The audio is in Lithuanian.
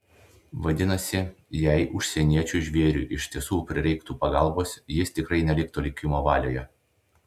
vadinasi jei užsieniečiui žvėriui iš tiesų prireiktų pagalbos jis tikrai neliktų likimo valioje